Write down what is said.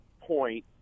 point